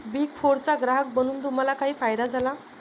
Big फोरचा ग्राहक बनून तुम्हाला काही फायदा झाला?